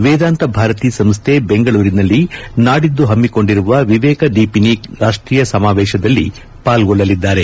ವೇದಾಂತ ಭಾರತಿ ಸಂಸ್ಠೆ ಬೆಂಗಳೂರಿನಲ್ಲಿ ನಾಡಿದ್ದು ಹಮ್ಮಿಕೊಂಡಿರುವ ವಿವೇಕ ದೀಪಿನಿ ರಾಷ್ಟೀಯ ಸಮಾವೇಶದಲ್ಲಿ ಪಾಲ್ಗೊಳ್ಳಲಿದ್ದಾರೆ